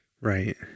Right